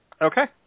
Okay